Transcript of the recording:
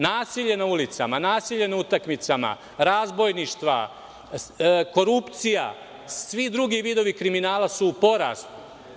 Nasilje na ulicama, nasilje na utakmicama, razbojništva, korupcija i sve drugi vidovi kriminala su u porastu.